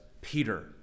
Peter